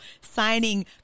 signing